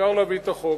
אפשר להביא את החוק.